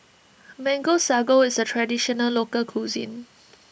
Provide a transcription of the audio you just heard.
Mango Sago is a Traditional Local Cuisine